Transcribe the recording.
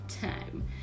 time